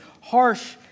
harsh